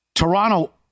Toronto